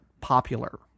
popular